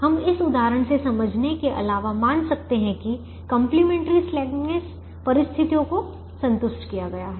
हम इस उदाहरण से समझने के अलावा मान सकते हैं कि कंप्लीमेंट्री स्लैकनेस परिस्थितियों को संतुष्ट किया गया है